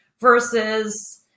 versus